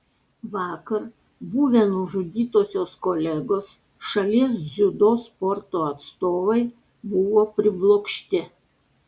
vakar buvę nužudytosios kolegos šalies dziudo sporto atstovai buvo priblokšti